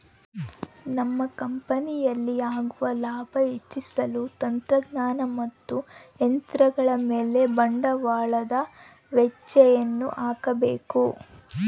ನಮ್ಮ ಕಂಪನಿಯಲ್ಲಿ ಆಗುವ ಲಾಭ ಹೆಚ್ಚಿಸಲು ತಂತ್ರಜ್ಞಾನ ಮತ್ತು ಯಂತ್ರಗಳ ಮೇಲೆ ಬಂಡವಾಳದ ವೆಚ್ಚಯನ್ನು ಹಾಕಬೇಕು